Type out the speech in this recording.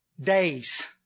days